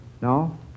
No